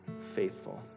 faithful